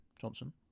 Johnson